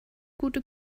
gute